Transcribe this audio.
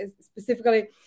specifically